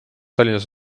tallinnas